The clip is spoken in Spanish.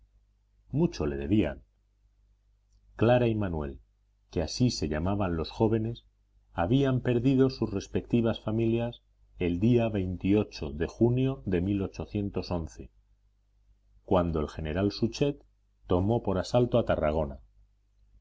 mucho le debían clara y manuel que así se llamaban los jóvenes habían perdido sus respectivas familias el día de junio de cuando el general suchet tomó por asalto a tarragona